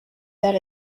that